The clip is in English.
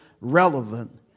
relevant